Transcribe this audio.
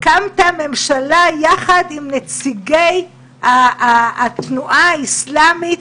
הקמתם ממשלה יחד עם נציגי התנועה האסלאמית,